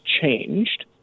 changed